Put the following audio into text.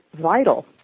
vital